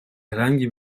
herhangi